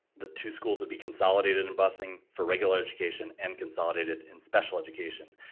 the two schools would be consolidated in busing for regular education and consolidated in special education.